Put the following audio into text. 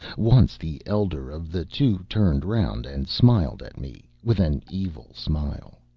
once the elder of the two turned round, and smiled at me with an evil smile.